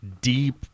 deep –